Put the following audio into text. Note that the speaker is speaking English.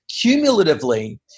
cumulatively